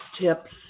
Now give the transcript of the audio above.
tips